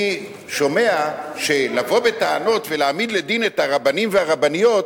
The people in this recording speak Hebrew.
אני שומע שלבוא בטענות ולהעמיד לדין את הרבנים והרבניות,